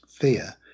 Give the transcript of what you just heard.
fear